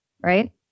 right